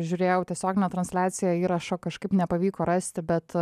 žiūrėjau tiesioginę transliaciją įrašo kažkaip nepavyko rasti bet